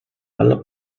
alla